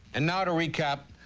and now to recap.